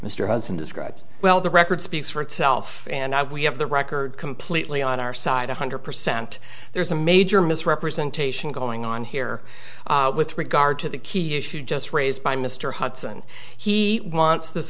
mr hudson described well the record speaks for itself and i we have the record completely on our side one hundred percent there is a major misrepresentation going on here with regard to the key issue just raised by mr hudson he wants this